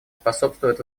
способствуют